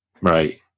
Right